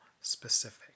specific